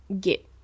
get